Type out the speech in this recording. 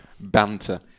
Banter